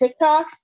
tiktoks